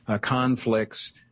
conflicts